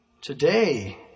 today